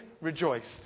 rejoiced